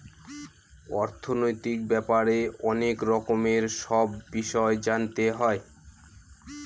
অর্থনৈতিক ব্যাপারে অনেক রকমের সব বিষয় জানতে হয়